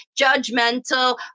judgmental